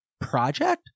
project